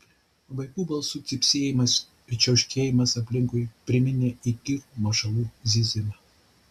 vaikų balsų cypsėjimas ir čiauškėjimas aplinkui priminė įkyrų mašalų zyzimą